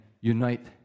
unite